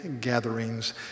gatherings